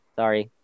sorry